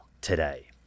today